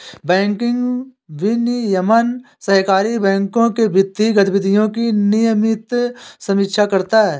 banking विनियमन सहकारी बैंकों के वित्तीय गतिविधियों की नियमित समीक्षा करता है